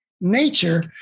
nature